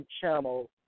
channel